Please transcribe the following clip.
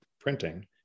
printing